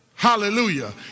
Hallelujah